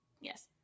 Yes